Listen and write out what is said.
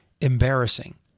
embarrassing